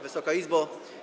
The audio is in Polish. Wysoka Izbo!